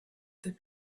that